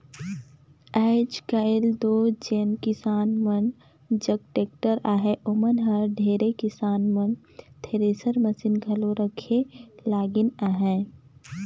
आएज काएल दो जेन किसान मन जग टेक्टर अहे ओमहा ले ढेरे किसान मन थेरेसर मसीन घलो रखे लगिन अहे